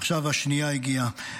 ועכשיו השנייה הגיעה.